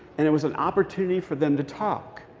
and it was an opportunity for them to talk.